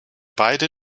beide